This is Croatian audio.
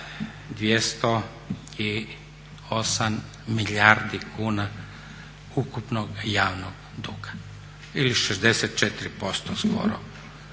208 milijardi kuna ukupnog javnog duga ili 64% skoro